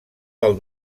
del